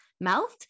melt